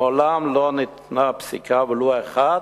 מעולם לא ניתנה פסיקה, ולו אחת,